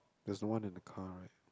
there's the one in the car right